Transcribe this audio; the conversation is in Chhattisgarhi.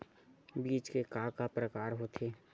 बीज के का का प्रकार होथे?